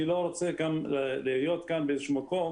אני לא רוצה להיות כאן באיזשהו מקום